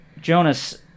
Jonas